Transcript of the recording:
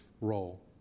role